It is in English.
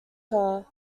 car